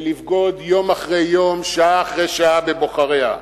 ולבגוד יום אחרי יום, שעה אחרי שעה, בבוחריה.